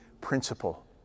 principle